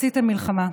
להירגע, בבקשה.